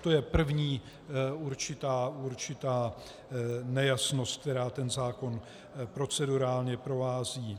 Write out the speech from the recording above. To je první určitá nejasnost, která zákon procedurálně provází.